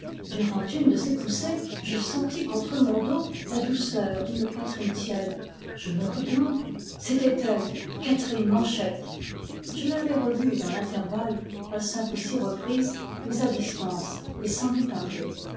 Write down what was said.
durant une de ces poussées je sentis contre mon dos la douceur d'une poitrine tiède je me retourne c'était elle catherine manchec je l'avais revue dans l'intervalle à cinq ou six reprises mais à distance et sans lui parler